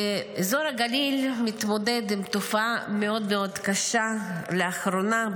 אזור הגליל ממתמודד עם תופעה מאוד מאוד קשה לאחרונה,